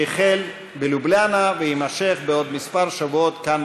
שהחל בלובליאנה ויימשך בעוד שבועות מספר כאן,